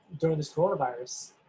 during this coronavirus